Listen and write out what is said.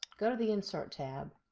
go to the insert tab,